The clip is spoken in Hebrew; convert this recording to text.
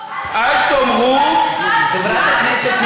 אל תאמרו עוד לא אמרת משפט אחד מה הממשלה עושה.